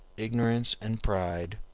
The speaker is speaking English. ignorance and pride,